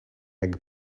egg